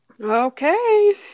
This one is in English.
Okay